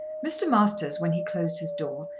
mr. masters, when he closed his door,